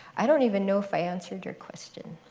i don't even know if i answered your question.